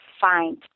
find